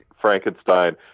Frankenstein